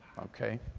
okay?